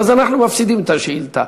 ואז אנחנו מפסידים את השאילתה.